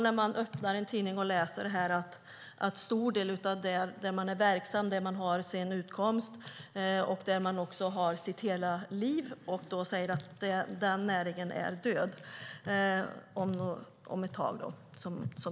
När man öppnar tidningen får man då läsa att en stor del av den näring som man är verksam i och har sin utkomst från, där man har hela sitt liv, är död om ett tag.